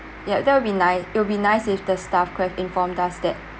ya that would be nice it will be nice if the staff could have informed us that